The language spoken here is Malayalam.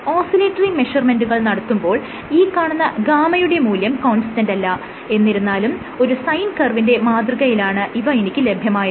ഓസിലേറ്ററി മെഷർമെന്റുകൾ നടത്തുമ്പോൾ ഈ കാണുന്ന γ യുടെ മൂല്യം കോൺസ്റ്റന്റല്ല എന്നിരുന്നാലും ഒരു സൈൻ കർവിന്റെ മാതൃകയിലാണ് ഇവ എനിക്ക് ലഭ്യമായത്